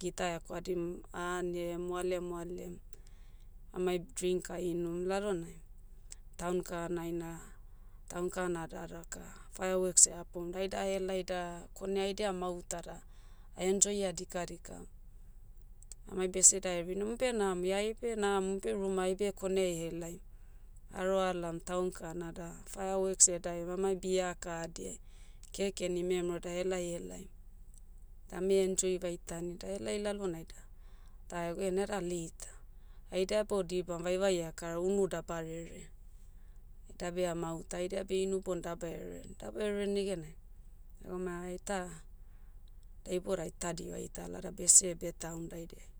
gita ekwadim, ane, moale moalem, amai drink ainum lalonai, town kahanai na, town kahana da daka, fireworks eha poum. Daida ahelai da, kone haidia mauta da, ah enjoy ah dikadika. Amai bese da erin umi beh nam ie aibe namo, umbeh ruma aibe koneai helai, aroa laom town kana da fireworks edaem amai bia kahadiai, kekeni memero da helai helaim. Da ame enjoy vaitani da helai lalonai da, da eg nada late. Haida beh odibam vaevae akara unu daba rere. Haidabe amauta haidia einu bon daba ere. Daba ere negenai, houna aita, da ibodai aita diho aitala da bese betahum daidiai.